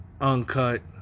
uncut